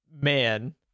man